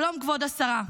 שלום כבוד השרה.